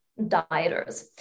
dieters